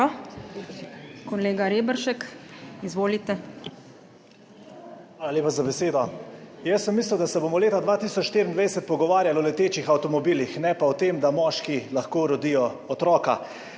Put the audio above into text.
REBERŠEK (PS NSi):** Hvala lepa za besedo. Jaz sem mislil, da se bomo leta 2024 pogovarjali o letečih avtomobilih, ne pa o tem, da moški lahko rodijo otroka.